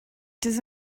does